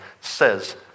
says